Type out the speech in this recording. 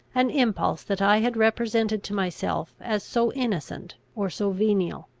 an impulse that i had represented to myself as so innocent or so venial.